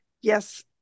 yes